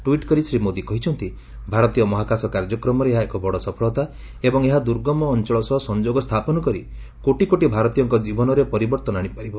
tweet କରି ଶ୍ରୀ ମୋଦି କହିଛନ୍ତି ଭାରତୀୟ ମହାକାଶ କାର୍ଯ୍ୟକ୍ରମରେ ଏହା ଏକ ବଡ଼ ସଫଳତା ଏବଂ ଏହା ଦୂର୍ଗମ ଅଞ୍ଚଳ ସହ ସଂଯୋଗ ସ୍ଥାପନ କରି କୋଟି କୋଟି ଭାରତୀୟଙ୍କ ଜୀବନରେ ପରିବର୍ଭନ ଆଣିପାରିବ